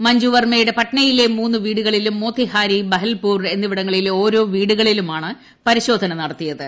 മഞ്ജു വർമ്മന്റെ പട്നയിലെ മൂന്ന് വീടുകളിലും മോത്തിഹാരി ബഹൽപൂർ എന്നിവിടങ്ങളിലെ ഓരോ വീടുകളിലുമാണ് പരിശോധന നടത്തിയത്